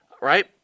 Right